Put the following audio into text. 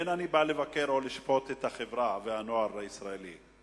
אין אני בא לבקר או לשפוט את החברה והנוער הישראלי.